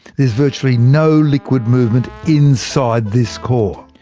there's virtually no liquid movement inside this core.